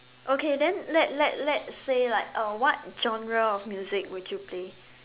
okay then let let let's say like uh what genre of music would you play